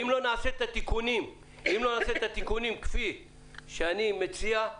אם לא נעשה את התיקונים כפי שאני מציע,